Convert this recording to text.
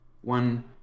one